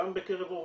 גם בקרב הורים,